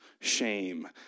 shame